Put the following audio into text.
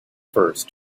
first